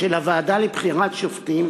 של הוועדה לבחירת שופטים